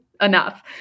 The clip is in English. enough